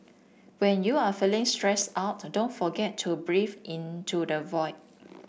when you are feeling stressed out don't forget to breathe into the void